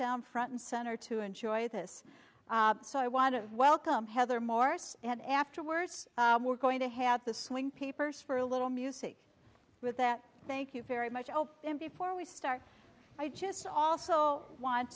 down front and center to enjoy this so i want to welcome heather morse and afterwards we're going to have the swing peepers for a little music with that thank you very much open before we start i just also want